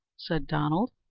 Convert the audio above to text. said donald.